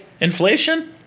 Inflation